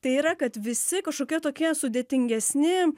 tai yra kad visi kažkokie kitokie sudėtingesni